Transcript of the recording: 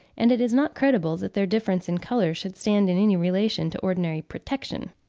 and it is not credible that their difference in colour should stand in any relation to ordinary protection.